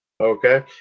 Okay